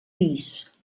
pis